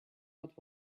what